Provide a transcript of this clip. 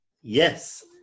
yes